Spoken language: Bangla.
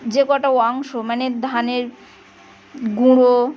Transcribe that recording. যে কটা অংশ মানে ধানের গুঁড়ো